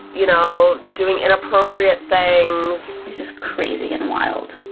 you know doing inappropriate things. he's just crazy and wild,